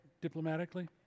diplomatically